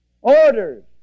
Orders